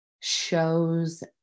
shows